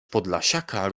podlasiaka